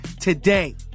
today